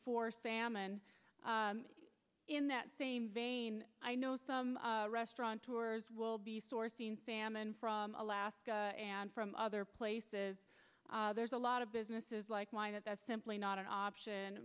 for salmon in that same vein i know some restaurant tours will be sourcing salmon from alaska and from other places there's a lot of businesses like mine that that's simply not an option